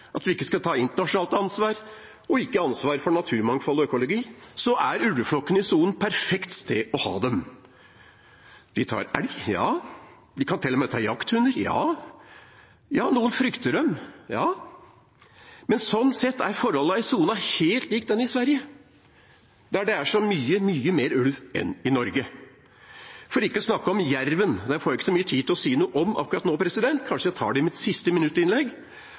at vi ikke skal ta internasjonalt ansvar, og ikke ta ansvar for naturmangfold og økologi – er ulvesonen et perfekt sted å ha dem. De tar elg, ja – de kan til og med ta jakthunder. Noen frykter dem, ja, men sånn sett er forholdene i sonen helt lik den i Sverige, der det er så mange, mange flere ulver enn i Norge. For ikke å snakke om jerven – den får jeg ikke så mye tid til å si noe om akkurat nå, kanskje jeg tar det i mitt siste minuttinnlegg.